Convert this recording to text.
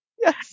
Yes